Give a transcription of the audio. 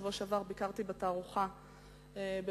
בשבוע שעבר ביקרתי בתערוכה בברלין,